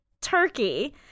turkey